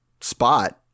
spot